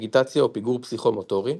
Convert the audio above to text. אגיטציה\פיגור פסיכו-מוטורי,